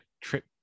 trip